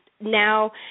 now